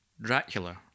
Dracula